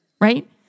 Right